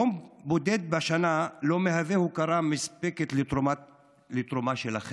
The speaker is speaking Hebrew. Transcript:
יום בודד בשנה לא מהווה הוקרה מספקת לתרומה שלכם.